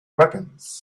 weapons